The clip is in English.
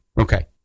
Okay